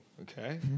okay